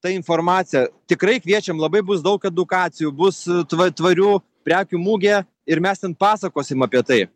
ta informacija tikrai kviečiam labai bus daug edukacijų bus tva tvarių prekių mugė ir mes ten pasakosim apie tai